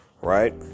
right